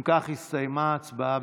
אם כך, הסתיימה ההצבעה.